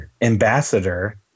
ambassador